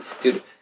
Dude